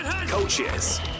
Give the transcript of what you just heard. coaches